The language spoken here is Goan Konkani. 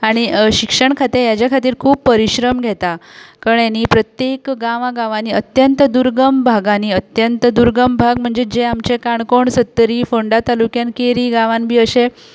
आनी शिक्षण खातें हेज्या खातीर खूब परिश्रम घेता कळ्ळें न्ही प्रत्येक गांवां गांवांनी अत्यंत दुर्गम भागांनी अत्यंत दुर्गम भाग म्हणजे जे आमचे काणकोण सत्तरी फोंडा तालुक्यांत केरी गांवान बी अशें